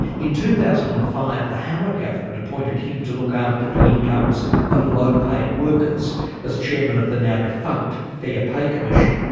in two thousand and five the howard government appointed him to look after the incomes of low paid workers as chairman of the now defunct fair pay commission.